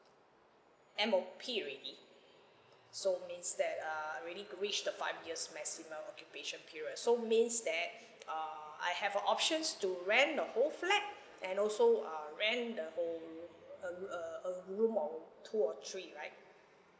M_O_P already so means that err I already reach the five years maximum occupation period so means that uh I have a options to rent the whole flat and also uh rent the whole room uh uh a room or two or three right